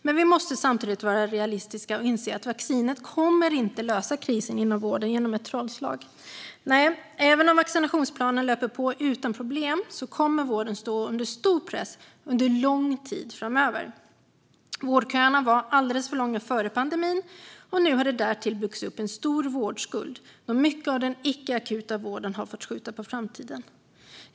Men vi måste samtidigt vara realistiska och inse att vaccinet inte kommer att lösa krisen inom vården genom ett trollslag. Nej, även om vaccinationsplanen löper på utan problem kommer vården att stå under stor press under lång tid framöver. Vårdköerna var alldeles för långa före pandemin, och nu har det därtill byggts upp en stor vårdskuld då mycket av den icke akuta vården har fått skjutas på framtiden.